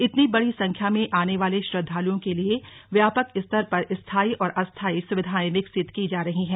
इतनी बड़ी संख्या में आने वाले श्रद्वालुओं के लिए व्यापक स्तर पर स्थाई और अस्थाई सुविधाएं विकसित की जा रही हैं